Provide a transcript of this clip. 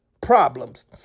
problems